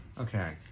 Okay